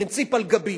פרינציפ על גבי.